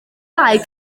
mae